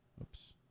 Oops